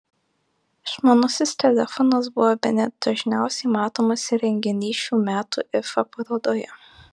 išmanusis telefonas buvo bene dažniausiai matomas įrenginys šių metų ifa parodoje